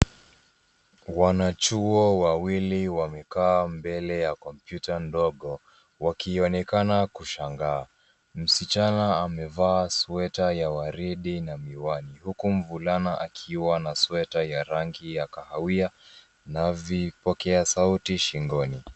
Wanachuo wawili wamekaa mbele ya kompyuta ndogo wakionekana kushangaa. Msichana amevaa sweta ya waridi na miwani huku mvulana akiwa na sweta ya rangi ya kahawia na vipokea sauti shingoni.